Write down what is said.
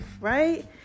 right